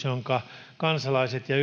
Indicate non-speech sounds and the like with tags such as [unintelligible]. [unintelligible] jonka kansalaiset ja [unintelligible]